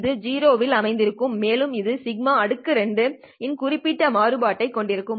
இது 0 இல் அமைந்திருக்கும் மேலும் இது σ02 இன் ஒரு குறிப்பிட்ட மாறுபாடுயை கொண்டிருக்கும்